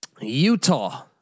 Utah